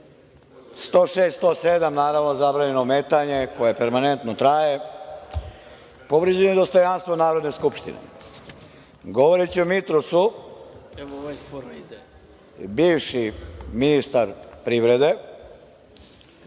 106, 107, zabranjeno ometanje koje permanentno traje. Povređeno je dostojanstvo Narodne skupštine. Govoreći o „Mitrosu“, bivši ministar privrede,